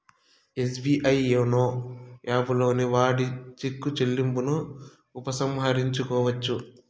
SBI YONO యాపుని వాడి cheque చెల్లింపును ఉపసంహరించుకోవచ్చు